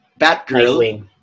Batgirl